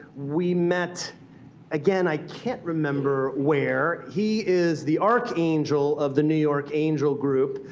we met again, i can't remember where. he is the archangel of the new york angel group,